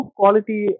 quality